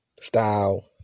style